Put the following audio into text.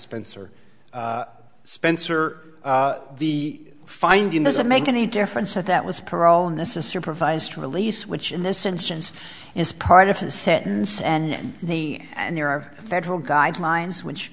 spencer spencer the finding doesn't make any difference so that was parole and this is supervised release which in this instance is part of the sentence and they and there are federal guidelines which